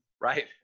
right